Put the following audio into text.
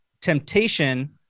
temptation